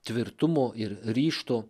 tvirtumo ir ryžto